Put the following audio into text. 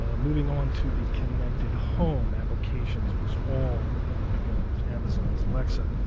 um moving on to the connected home, applications was all begun with amazon's alexa,